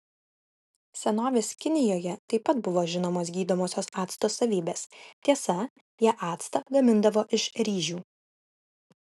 senovės kinijoje taip pat buvo žinomos gydomosios acto savybės tiesa jie actą gamindavo iš ryžių